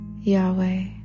Yahweh